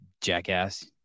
Jackass